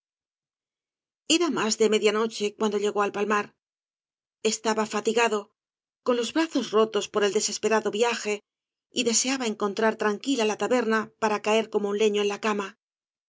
era más de media noche cuando llegó al pal mar estaba fatigado coa los brazos rotoa por el desesperado viaje y deseaba encontrar tranquila la taberna para caer como un leño en la cama